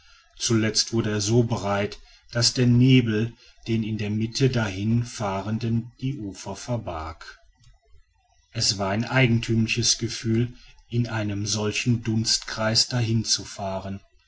zuletzt wurde er so breit daß der nebel den in der mitte dahin fahrenden die ufer verbarg es war ein eigentümliches gefühl in einem solchen dunstkreis dahin zu fahren